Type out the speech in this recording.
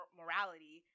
Morality